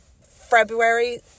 february